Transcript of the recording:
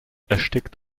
erstickt